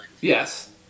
Yes